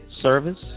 Service